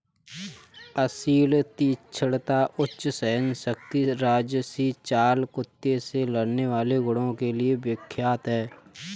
असील तीक्ष्णता, उच्च सहनशक्ति राजसी चाल कुत्ते से लड़ने वाले गुणों के लिए विख्यात है